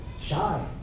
shy